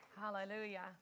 Hallelujah